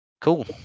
cool